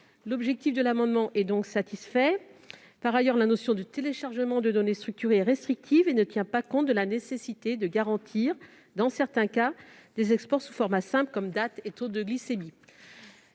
L'objectif de l'amendement est donc satisfait. Par ailleurs, la notion de téléchargement de données structurées est restrictive et ne tient pas compte de la nécessité de garantir, dans certains cas, les exports sous format simple comme « date » et « taux de glycémie